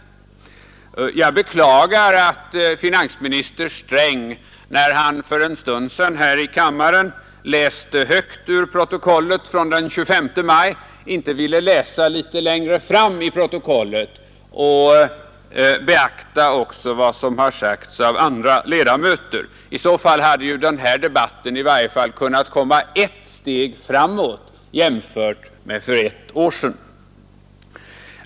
Jag beklagar att finansminister Sträng, när han för en stund sedan läste högt här i kammaren ur protokollet från den 25 maj, inte ville läsa litet längre fram i protokollet och även beakta vad som sagts av andra ledamöter. I så fall hade denna debatt kunnat komma ett steg framåt jämfört med för ett år sedan.